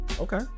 okay